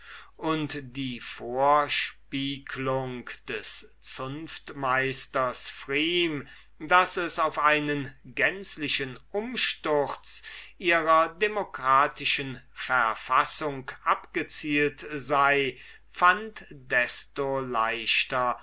und die vorspieglung des zunftmeisters pfrieme daß es auf einen gänzlichen umsturz ihrer demokratischen verfassung abgezielt sei fand desto leichter